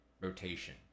rotation